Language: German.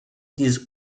dieses